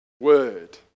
word